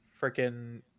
freaking